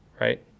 right